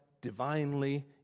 divinely